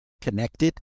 connected